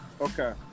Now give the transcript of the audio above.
Okay